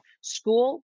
school